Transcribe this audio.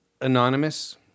Anonymous